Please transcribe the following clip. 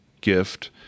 gift